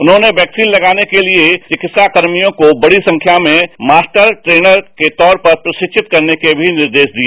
उन्होंने वैक्सीन तगाने के लिए चिकित्सा कर्मियों को बड़ी संख्या में मास्टर ट्रेनिंग ट्रेनिंग ट्रेनर के तौर पर प्रशिक्षित करने के भी निर्देश दिए